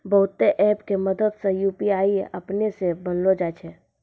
बहुते ऐप के मदद से यू.पी.आई अपनै से बनैलो जाय छै